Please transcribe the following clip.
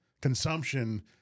consumption